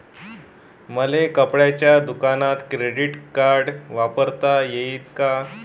मले कपड्याच्या दुकानात क्रेडिट कार्ड वापरता येईन का?